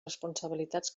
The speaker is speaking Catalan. responsabilitats